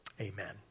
Amen